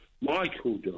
Michael